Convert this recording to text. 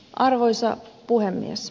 arvoisa puhemies